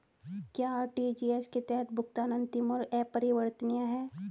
क्या आर.टी.जी.एस के तहत भुगतान अंतिम और अपरिवर्तनीय है?